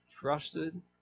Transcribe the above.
Trusted